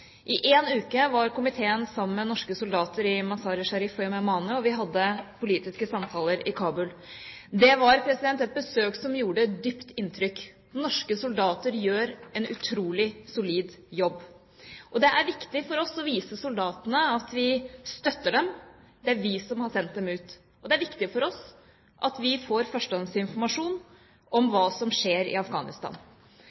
og vi hadde politiske samtaler i Kabul. Det var et besøk som gjorde dypt inntrykk. Norske soldater gjør en utrolig solid jobb. Det er viktig for oss å vise soldatene at vi støtter dem – det er vi som har sendt dem ut – og det er viktig for oss at vi får førstehåndsinformasjon om